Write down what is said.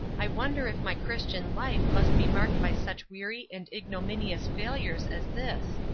i wonder if my christian life must be marked by such weary and ignominious failures as this?